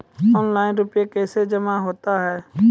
Online रुपये कैसे जमा होता हैं?